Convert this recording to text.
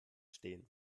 stehen